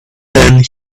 then